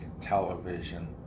television